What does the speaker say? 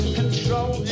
control